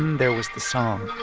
there was the song.